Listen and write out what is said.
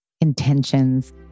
intentions